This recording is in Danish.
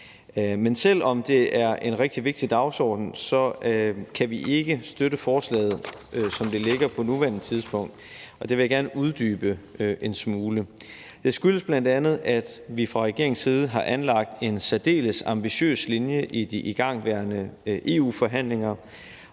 Men selv om det er en rigtig vigtig dagsorden, kan vi ikke støtte forslaget, som det ligger på nuværende tidspunkt, og det vil jeg gerne uddybe en smule. Det skyldes bl.a. at vi fra regeringens side har anlagt en særdeles ambitiøs linje i de igangværende EU-forhandlinger